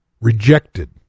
Rejected